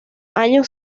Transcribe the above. años